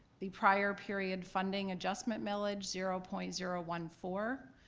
the prior period funding adjustment millage zero point zero one four,